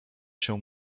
się